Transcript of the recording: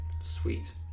Sweet